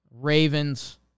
Ravens